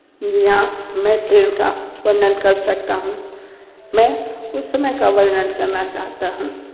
जी हाँ मैं ट्रेन का वर्णन कर सकता हूँ मैं उस समय का वर्णन करना चाहता हूँ